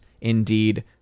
indeed